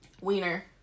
Wiener